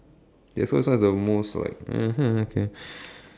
ya first one is the most like (uh huh) K